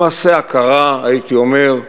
למעשה, ההכרה, הייתי אומר,